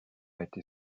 été